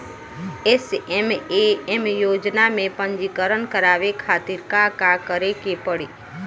SMAM योजना में पंजीकरण करावे खातिर का का करे के पड़ी?